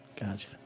Gotcha